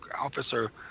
Officer